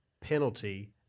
penalty